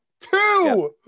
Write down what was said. Two